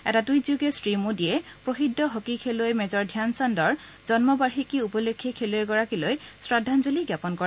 এটা টুইট যোগে শ্ৰী মোদীয়ে প্ৰসিদ্ধ হকী খেলুৱৈ মেজৰ ধ্যান চান্দৰ জন্মবাৰ্ষিকী উপলক্ষে খেলুৱৈগৰাকীলৈ শ্ৰদ্ধাঞ্জলি জ্ঞাপন কৰে